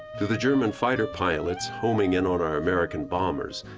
to the german fighter pilots homing in on our american bombers,